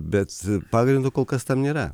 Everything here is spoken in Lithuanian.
bet pagrindo kol kas tam yra